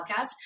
podcast